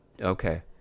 Okay